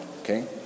Okay